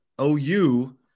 OU